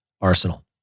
Arsenal